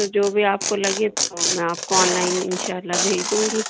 تو جو بھی آپ کو لگے تو میں آپ کو آن لائن ان شاء اللہ بھیج دوں گی